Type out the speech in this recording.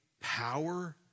power